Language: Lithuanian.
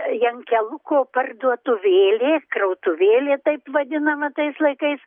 jenkeluko parduotuvėlė krautuvėlė taip vadinama tais laikais